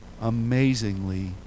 amazingly